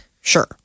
Sure